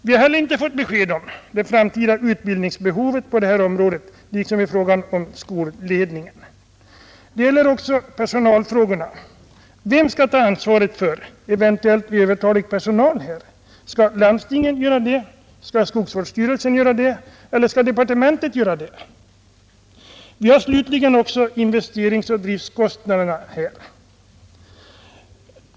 Vi har inte fått besked om det framtida utbildningsbehovet på detta område och inte besked i fråga om skolledningen. Vem skall ta ansvaret för eventuellt övertalig personal? Skall landstingen, skogsvårdsstyrelsen eller departementet ta detta ansvar? Vi har slutligen också investeringsoch driftkostnaderna.